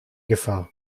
gefahr